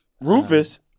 Rufus